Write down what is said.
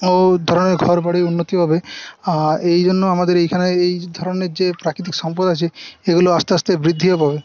ও ধরণের ঘরবাড়ির উন্নতি হবে এইজন্য আমাদের এইখানে এই ধরণের যে প্রাকৃতিক সম্পদ আছে এগুলো আস্তে আস্তে বৃদ্ধিও পাবে